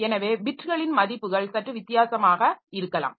எனவே பிட்டுகளின் மதிப்புகள் சற்று வித்தியாசமாக இருக்கலாம்